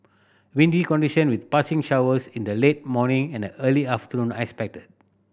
windy condition with passing showers in the late morning and early afternoon are expected